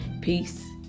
Peace